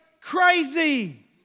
crazy